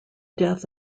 death